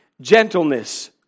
gentleness